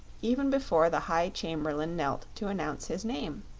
even before the high chamberlain knelt to announce his name.